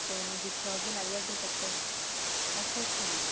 कोई निं दिक्खी औगे फ्ही लाई औगे चक्कर अच्छा अच्छा